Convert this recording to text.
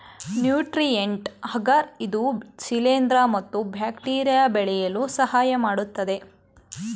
nutrient agar ಇದು ಶಿಲಿಂದ್ರ ಮತ್ತು ಬ್ಯಾಕ್ಟೀರಿಯಾ ಬೆಳೆಯಲು ಸಹಾಯಮಾಡತ್ತದೆ